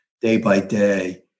day-by-day